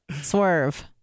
swerve